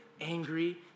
angry